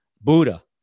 Buddha